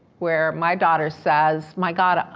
where my daughter says, my god,